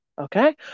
Okay